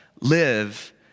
live